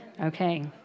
Okay